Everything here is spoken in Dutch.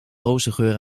rozengeur